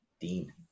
Dean